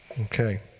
Okay